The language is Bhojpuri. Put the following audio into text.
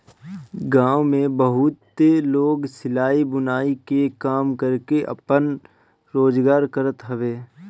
गांव में बहुते लोग सिलाई, बुनाई के काम करके आपन रोजगार करत हवे